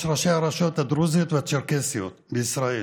ראשי הרשויות הדרוזיות והצ'רקסיות בישראל.